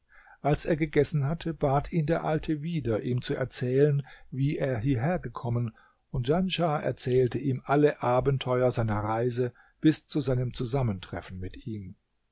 als er gegessen hatte bat ihn der alte wieder ihm zu erzählen wie er hierhergekommen und djanschah erzählte ihm alle abenteuer seiner reise bis zu seinem zusammentreffen mit ihm